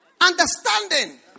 understanding